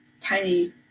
tiny